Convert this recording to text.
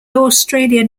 australia